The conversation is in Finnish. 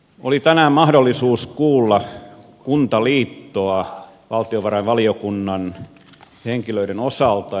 oli tänään mahdollisuus kuulla kuntaliittoa valtiovarainvaliokunnan henkilöiden osalta